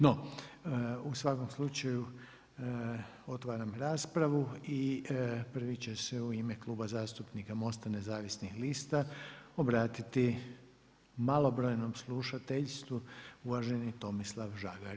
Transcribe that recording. No, u svakom slučaju otvaram raspravu i prvi će se u ime Kluba zastupnika MOST-a nezavisnih lista obratiti malobrojnom slušateljstvu uvaženi Tomislav Žagar.